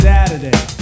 Saturday